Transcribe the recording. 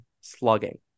slugging